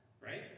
right